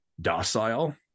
docile